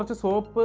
but soap